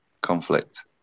Conflict